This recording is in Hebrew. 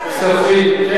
כספים.